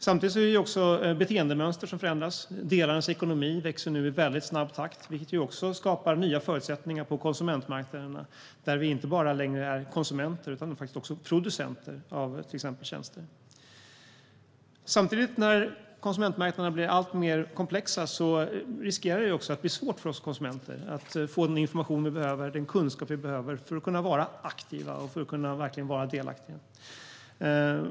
Samtidigt förändras beteendemönster - delar av ens ekonomi växer nu i väldigt snabb takt, vilket skapar nya förutsättningar på konsumentmarknaderna där vi inte längre bara är konsumenter utan faktiskt också producenter av till exempel tjänster. När konsumentmarknaderna blir alltmer komplexa riskerar det samtidigt att bli svårt för oss konsumenter att få den information och kunskap vi behöver för att kunna vara aktiva och verkligen delaktiga.